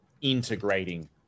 integrating